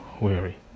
weary